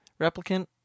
replicant